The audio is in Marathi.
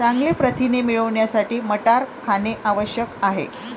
चांगले प्रथिने मिळवण्यासाठी मटार खाणे आवश्यक आहे